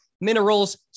minerals